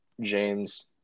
James